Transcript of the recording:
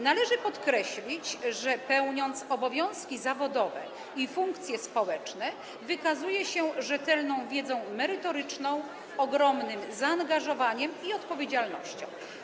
Należy podkreślić, że pełniąc obowiązki zawodowe i funkcje społeczne, wykazuje się rzetelną wiedzą merytoryczną, ogromnym zaangażowaniem i odpowiedzialnością.